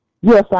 Yes